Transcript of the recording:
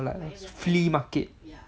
like a flea market